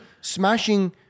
smashing